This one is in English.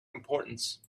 importance